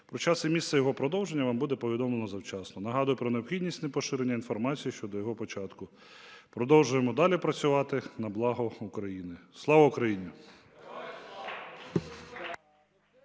Про час і місце його продовження вам буде повідомлено завчасно. Нагадаю про необхідність непоширення інформації щодо його початку. Продовжуємо далі працювати на благо України. Слава Україні!